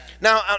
Now